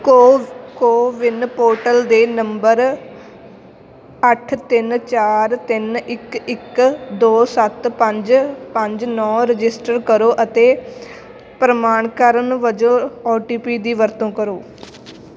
ਕੋ CoWIN portal ਦੇ ਨੰਬਰ ਅੱਠ ਤਿੰਨ ਚਾਰ ਤਿੰਨ ਇੱਕ ਇੱਕ ਦੋ ਸੱਤ ਪੰਜ ਪੰਜ ਨੌ ਰਜਿਸਟਰ ਕਰੋ ਅਤੇ ਪ੍ਰਮਾਣਕਰਨ ਵਜੋਂ ਓ ਟੀ ਪੀ ਦੀ ਵਰਤੋਂ ਕਰੋ